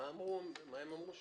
מה הם אמרו?